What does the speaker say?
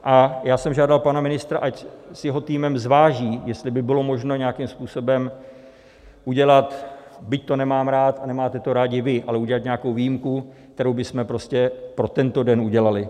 A já jsem žádal pana ministra, ať se svým týmem zváží, jestli by bylo možné nějakým způsobem udělat, byť to nemám rád, nemáte to rádi vy, ale udělat nějakou výjimku, kterou bychom prostě pro tento den udělali.